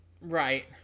right